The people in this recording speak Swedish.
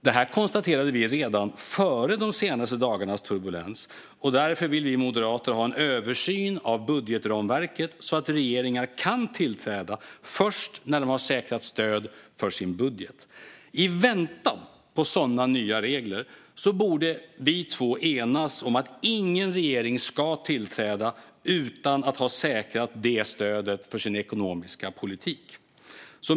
Detta konstaterade vi redan före de senaste dagarnas turbulens. Därför vill vi moderater ha en översyn av budgetramverket så att regeringar kan tillträda först när de har säkrat stöd för sin budget. I väntan på sådana nya regler borde statsministern och jag enas om att ingen regering ska tillträda utan att ha säkrat stöd för sin ekonomiska politik.